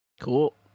Cool